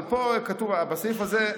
אבל פה כתוב בסעיף הזה,